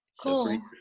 Cool